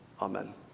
Amen